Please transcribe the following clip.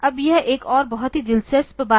अब यह एक और बहुत ही दिलचस्प बात है